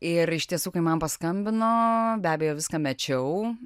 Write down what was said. ir iš tiesų kai man paskambino be abejo viską mečiau